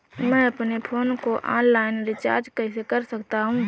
मैं अपने फोन को ऑनलाइन रीचार्ज कैसे कर सकता हूं?